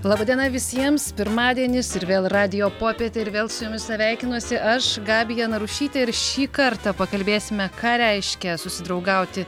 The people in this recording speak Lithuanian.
laba diena visiems pirmadienis ir vėl radijo popietė ir vėl su jumis sveikinuosi aš gabija narušytė ir šį kartą pakalbėsime ką reiškia susidraugauti